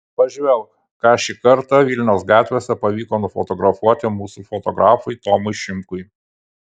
pažvelk ką šį kartą vilniaus gatvėse pavyko nufotografuoti mūsų fotografui tomui šimkui